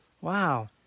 Wow